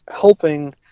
helping